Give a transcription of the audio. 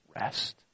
Rest